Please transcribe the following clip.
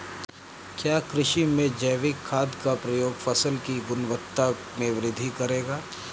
क्या कृषि में जैविक खाद का प्रयोग फसल की गुणवत्ता में वृद्धि करेगा?